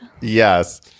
Yes